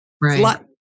Right